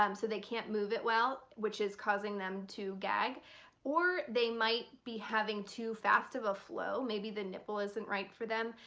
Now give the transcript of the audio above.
um so they can't move it well which is causing them to gag or they might be having too fast of a flow. maybe the nipple isn't right for them.